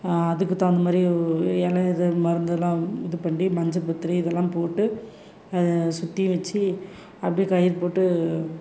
அதுக்கு தகுந்த மாதிரி இல இது மருந்துலாம் இது பண்ணி மஞ்ச பத்திரி இதெல்லாம் போட்டு அதை சுத்தியும் வச்சி அப்படியே கயறு போட்டு